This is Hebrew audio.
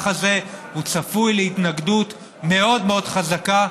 הזה הוא צפוי להתנגדות מאוד מאוד חזקה,